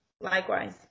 Likewise